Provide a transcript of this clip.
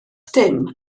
dim